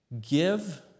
Give